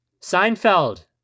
Seinfeld